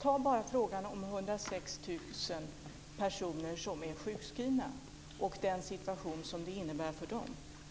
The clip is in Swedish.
Ta bara frågan om 106 000 personer som är sjukskrivna och den situation som de befinner sig i!